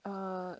uh